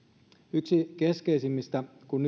yksi keskeisimmistä nyt kun